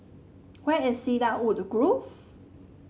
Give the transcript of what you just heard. where is Cedarwood Grove